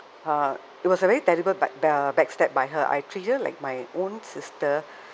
uh it was a very terrible b~ uh backstab by her I treat her like my own sister